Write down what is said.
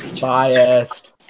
Biased